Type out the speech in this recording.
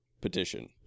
petition